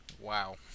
Wow